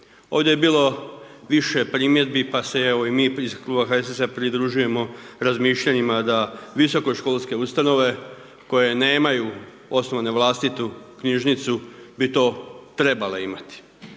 Ovdje je bilo više primjedbi, pa se, evo i mi iz kluba HSS-a pridružujemo razmišljanjima da visokoškolske ustanove koje nemaju osnove vlastitu knjižnicu bi to trebale imati.